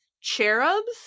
cherubs